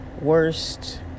worst